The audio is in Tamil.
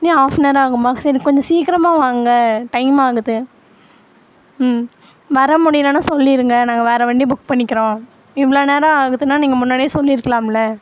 இன்னும் ஹாஃப் அன் அவர் ஆகுமா சரி கொஞ்சம் சீக்கிரமாக வாங்க டைம் ஆகுது ம் வர முடியலைனா சொல்லிடுங்க நாங்கள் வேற வண்டியை புக் பண்ணிக்கிறோம் இவ்வளோ நேரம் ஆகுதுனா நீங்கள் முன்னாடியே சொல்லிருக்கலாம்ல